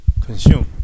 consume